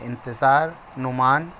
انتظار نعمان